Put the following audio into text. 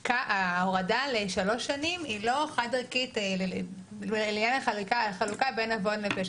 שההורדה לשלוש שנים היא לא חד ערכית לעניין החלוקה בין עוון לפשע.